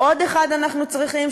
עוד אחד אנחנו צריכים,